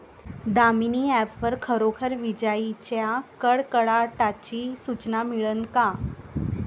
Damini app वर खरोखर विजाइच्या कडकडाटाची सूचना मिळन का?